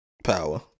power